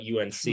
UNC